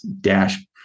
dash